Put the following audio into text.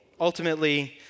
Ultimately